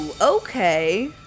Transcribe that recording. okay